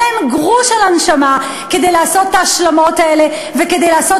אין להם גרוש על הנשמה כדי לעשות את ההשלמות האלה וכדי לקחת